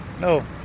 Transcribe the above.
No